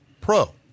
Pro